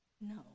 No